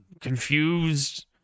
confused